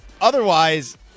Otherwise